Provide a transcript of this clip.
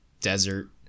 desert